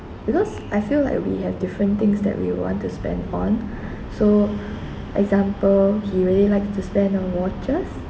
because I feel like we have different things that we want to spend on so example he really liked to spend on watches